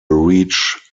reach